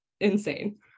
insane